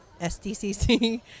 SDCC